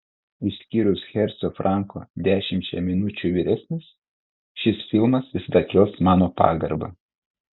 išskyrus herco franko dešimčia minučių vyresnis šis filmas visada kels mano pagarbą